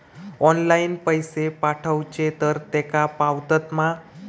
Online पैसे पाठवचे तर तेका पावतत मा?